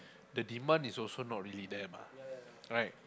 the demand is also not really there mah right